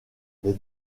les